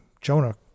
Jonah